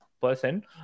person